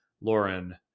Lauren